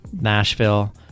Nashville